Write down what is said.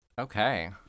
Okay